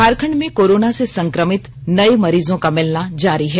झारखंड में कोरोना से संकमित नये मरीजों का मिलना जारी है